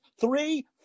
three